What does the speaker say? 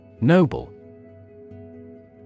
Noble